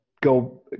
go